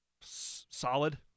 Solid